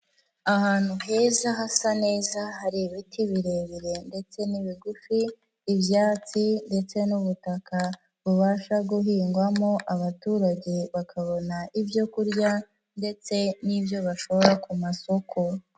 Ahantu heza hasa neza hari ibiti birebire ndetse n'ibigufi, ibyatsi ndetse n'ubutaka, bubasha guhingwamo abaturage bakabona ibyo kurya ndetse n'ibyo bashora ku masoko.